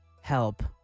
Help